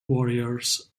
warriors